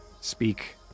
speak